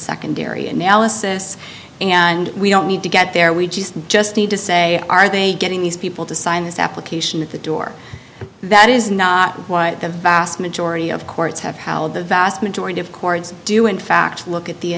secondary analysis and we don't need to get there we just just need to say are they getting these people to sign this application at the door that is not what the vast majority of courts have how the vast majority of courts do in fact look at the